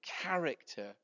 character